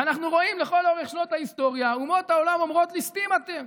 אנחנו רואים שלאורך כל שנות ההיסטוריה אומות העולם אומרות: ליסטים אתם.